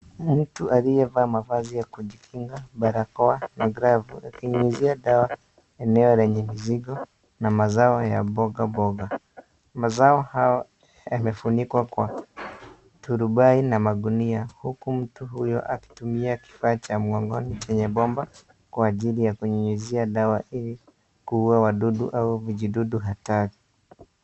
Mtu aliyevaa mavazi ya kujikinga barakoa na glavu akinyunyizia dawa eneo lenye mizigo na mazao ya mboga mboga mazao hao yamefunikwa kwa turubai na magunia huku mtu huyu akitumia kifaa cha mgongoni chenye bomba kwa ajili ya kunyunyizia dawa kuua wadudu au vijidudu hatari.